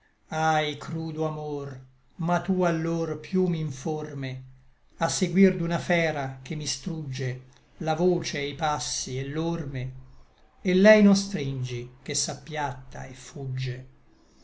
ahi crudo amor ma tu allor piú mi nforme a seguir d'una fera che mi strugge la voce e i passi et l'orme et lei non stringi che s'appiatta et fugge